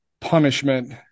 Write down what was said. punishment